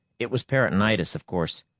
it was peritonitis, of course.